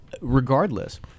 regardless